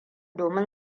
domin